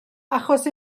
achos